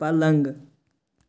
پَلنٛگہٕ